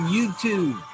YouTube